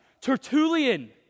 Tertullian